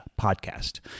podcast